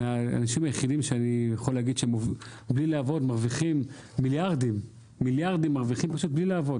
אלה האנשים היחידים שמרוויחים מיליארדים בלי לעבוד.